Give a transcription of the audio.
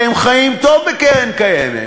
והם חיים טוב בקרן הקיימת.